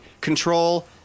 Control